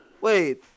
wait